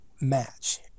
match